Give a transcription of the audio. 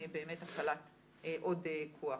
באמת החלת עוד כוח.